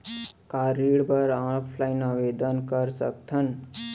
का ऋण बर ऑफलाइन आवेदन कर सकथन?